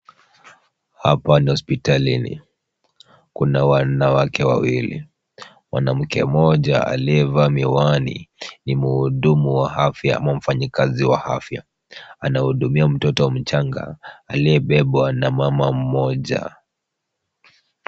Hapa ni hospitalini, kuna wanawake wawili. Mwanamke mmoja aliyevaa miwani ni mhudumu wa afya ama mfanyikazi wa afya anahudumia mtoto mchanga aliyebebwa na mama mmoja.